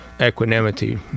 equanimity